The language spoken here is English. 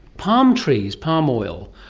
palm trees, palm oil,